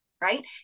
Right